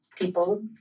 people